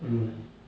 mm